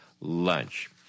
lunch